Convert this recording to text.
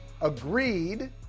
agreed